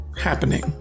happening